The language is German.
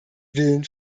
willen